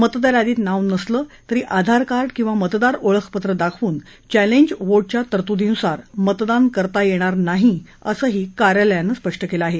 मतदार यादीत नाव नसलं तरी आधार कार्ड किंवा मतदार ओळखपत्र दाखवून चॅलेंज वोटच्या तरतुदीनुसार मतदान करता येणार नाही संही या कार्यालयानं स्पष्ट केलं आहे